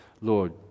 Lord